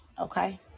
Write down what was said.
okay